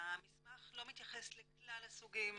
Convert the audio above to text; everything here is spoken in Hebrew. המסמך לא מתייחס לכלל הסוגים